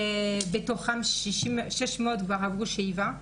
מתוכן 600 כבר עברו שאיבה,